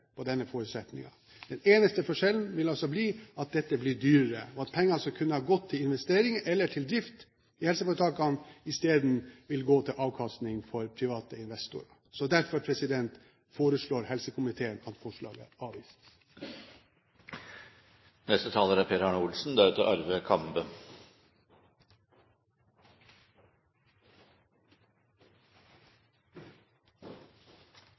på denne forutsetningen. Den eneste forskjellen vil bli at dette blir dyrere, og at pengene som kunne ha gått til investeringer eller drift i helseforetakene, i stedet vil gå til avkastning for private investorer. Derfor foreslår helsekomiteen at forslaget avvises. Behovet for såkalte OPS-løsninger er